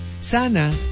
Sana